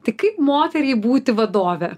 tai kaip moteriai būti vadove